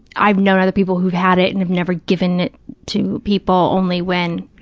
i've known other people who've had it and have never given it to people, only when,